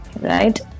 Right